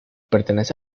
pertenece